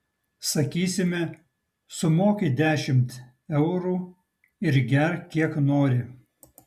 sakysime sumoki dešimt eurų ir gerk kiek nori